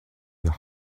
your